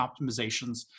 optimizations